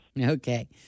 Okay